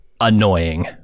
annoying